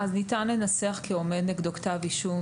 אז ניתן לנסח: "כי עומד נגדו כתב אישום",